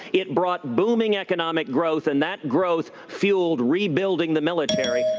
it brought booming economic growth and that growth fueled rebuilding the military.